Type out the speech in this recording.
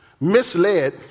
misled